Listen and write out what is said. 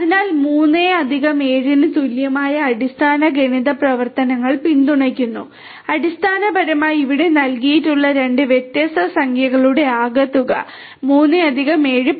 അതിനാൽ 3 7 ന് തുല്യമായ അടിസ്ഥാന ഗണിത പ്രവർത്തനങ്ങൾ പിന്തുണയ്ക്കുന്നു അടിസ്ഥാനപരമായി ഇവിടെ നൽകിയിട്ടുള്ള രണ്ട് വ്യത്യസ്ത സംഖ്യകളുടെ ആകെത്തുക 3 7 10